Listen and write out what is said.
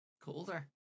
Colder